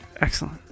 Excellent